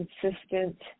consistent